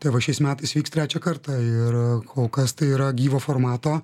tai va šiais metais vyks trečią kartą ir kol kas tai yra gyvo formato